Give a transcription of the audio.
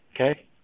Okay